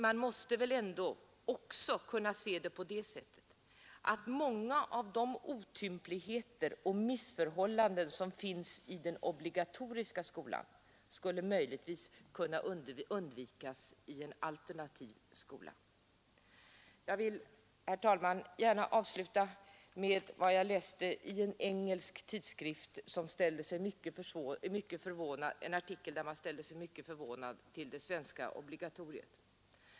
Man måste väl ändå också kunna se det på det sättet, att många av de otympligheter och missförhållanden som finns i den obligatoriska skolan möjligen skulle kunna undvikas i en alternativ skola. Jag vill, herr talman, gärna avsluta med att redogöra för vad jag i en engelsk tidskrift läste i en artikel, där man ställde sig mycket förvånad till det svenska obligatoriet.